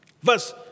verse